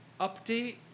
Update